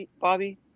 Bobby